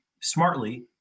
smartly